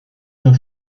the